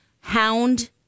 Hound